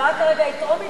ההצבעה כרגע היא טרומית,